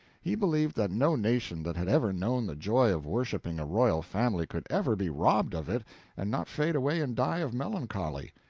he believed that no nation that had ever known the joy of worshiping a royal family could ever be robbed of it and not fade away and die of melancholy.